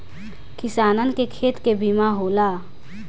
किसानन के खेत के बीमा होला